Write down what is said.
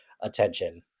attention